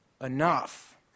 enough